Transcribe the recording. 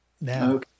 now